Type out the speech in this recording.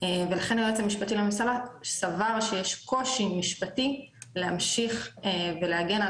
ולכן היועץ המשפטי לממשלה סבר שיש קושי משפטי להמשיך ולהגן על